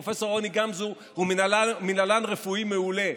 פרופ' רוני גמזו הוא מינהלן רפואי מעולה,